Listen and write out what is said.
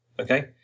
okay